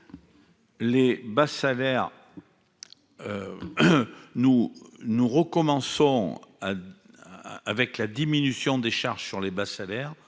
Les bas salaires, nous nous recommençons avec la diminution des charges sur les bas salaires